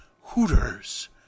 Hooters